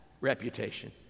reputation